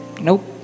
Nope